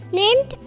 named